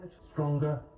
Stronger